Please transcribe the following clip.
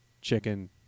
chicken